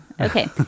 Okay